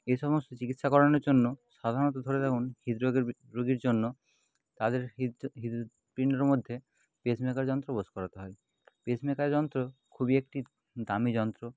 এ সমস্ত চিকিৎসা করানোর জন্য সাধারণত ধরে দেখুন হৃদরোগের রোগীর জন্য তাদের হৃদটা হৃদপিন্ডর মধ্যে পেসমেকার যন্ত্র বোস করাতে হয় পেসমেকার যন্ত্র খুবই একটি দামি যন্ত্র